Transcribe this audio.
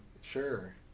Sure